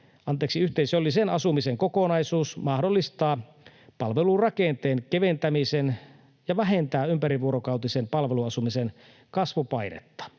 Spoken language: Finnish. yhteisöllisen asumisen kokonaisuus mahdollistaa palvelurakenteen keventämisen ja vähentää ympärivuorokautisen palveluasumisen kasvupainetta.